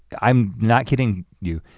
i'm not kidding you,